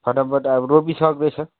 फटाफट अब रोपी सक्दैछ